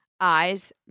eyes